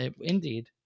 Indeed